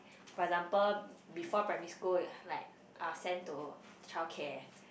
for example before primary school like are sent to childcare